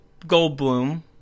Goldblum